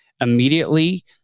immediately